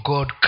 God